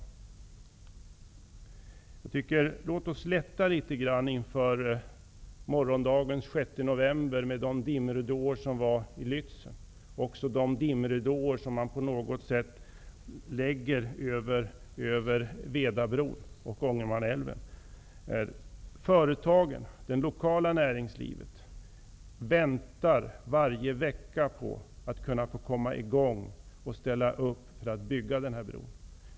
Den 6 november låg en gång dimridåerna täta över Lützen. Låt oss inför morgondagen, den 6 november, lätta litet på de dimridåer som man har lagt över Vedabron och Ångermanälven. Företagen, det lokala näringslivet, väntar varje vecka på att få komma i gång och ställa upp för att bygga den här bron.